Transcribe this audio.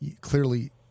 clearly